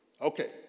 Okay